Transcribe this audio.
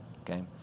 okay